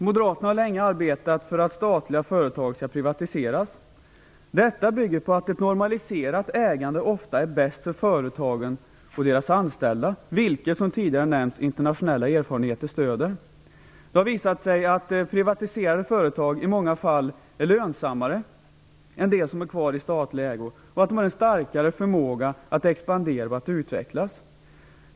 Moderaterna har länge arbetat för att statliga företag skall privatiseras. Detta bygger på att ett normaliserat ägande ofta är bäst för företagen och deras anställda, något som internationella erfarenheter stöder, vilket nämnts tidigare. Det har visat sig att privatiserade företag i många fall är lönsammare än de som är kvar i statlig ägo, och att de har en starkare förmåga att expandera och utvecklas.